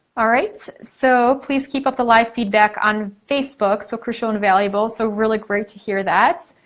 alright so please keep up the live feedback on facebook. so crucial and valuable. so really great to hear that.